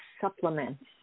supplements